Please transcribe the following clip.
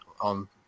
on